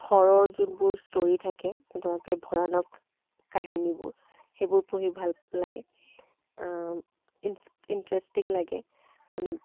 হ'ৰৰ যোনবোৰ ষ্টৰী থাকে যেনেকুৱাকৈ ভয়ানক কাহিনীবোৰ সেইবোৰ পঢ়ি ভাল লাগে ইনছ্ ইণ্টেৰেষ্টিং লাগে মানে